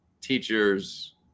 teachers